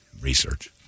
Research